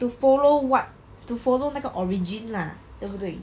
to follow what to follow 那个 origin lah 对不对